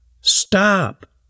Stop